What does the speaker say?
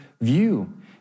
view